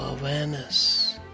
awareness